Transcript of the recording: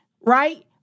Right